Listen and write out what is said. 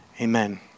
amen